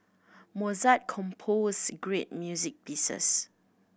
Mozart composed great music pieces